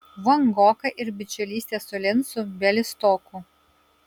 vangoka ir bičiulystė su lincu bialystoku